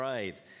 Right